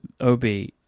OB